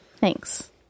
Thanks